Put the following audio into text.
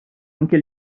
anche